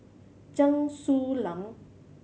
Chen Su Lan